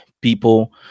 people